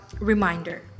reminder